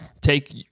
take